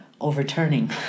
overturning